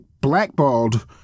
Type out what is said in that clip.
blackballed